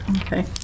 Okay